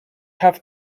have